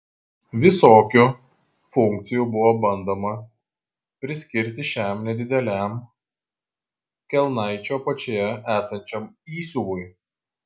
visokių funkcijų buvo bandoma priskirti šiam nedideliam kelnaičių apačioje esančiam įsiuvui